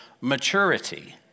maturity